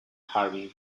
harbin